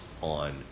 on